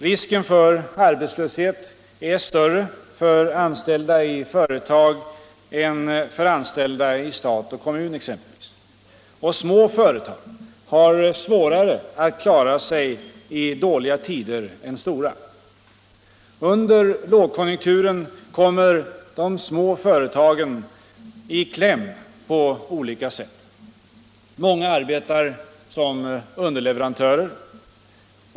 Risken för arbetslöshet är större för anställda i företag än för anställda hos exempelvis stat och kommun. Och små företag har svårare att klara sig i dåliga tider än stora. Under lågkonjunkturen kommer de små företagen i kläm på olika sätt. Många arbetar som underleverantörer.